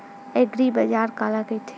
एग्रीबाजार काला कइथे?